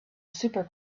super